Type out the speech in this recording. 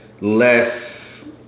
less